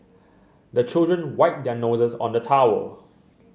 the children wipe their noses on the towel